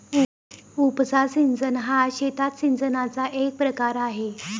उपसा सिंचन हा शेतात सिंचनाचा एक प्रकार आहे